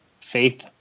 faith